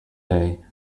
day